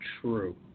true